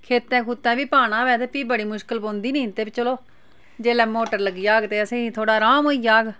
खेतां खुतैं बी पाना होऐ ते फ्ही बड़ी मुश्कल पौंदी नी ते चलो जेल्लै मोटर लग्गी जाह्ग ते असें थोह्ड़ा अराम होई जाह्ग